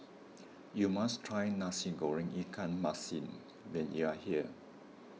you must try Nasi Goreng Ikan Masin when you are here